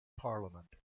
parliament